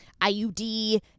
IUD